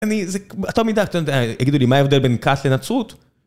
אני, זה, אותה מידה, אתה יודע, יגידו לי, מה ההבדל בין כת לנצרות?